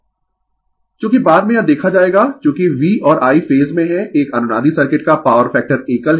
Refer slide Time 1826 चूंकि बाद में यह देखा जाएगा चूंकि V और I फेज में है एक अनुनादी सर्किट का पॉवर फैक्टर एकल है